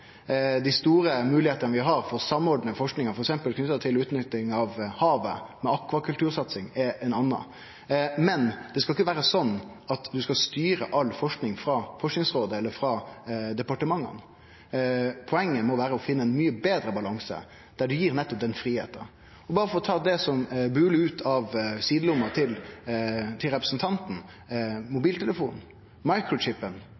dei. Dei store moglegheitene vi har for å samordne forskinga f.eks. knytt til utnytting av havet, med akvakultursatsing, er ein annan. Men det skal ikkje vere sånn at ein skal styre all forsking frå Forskingsrådet eller frå departementet. Poenget må vere å finne ein mykje betre balanse, der ein gjev nettopp den fridomen. Berre for å ta det som bular ut av sidelomma til representanten